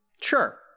Sure